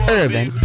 urban